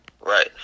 Right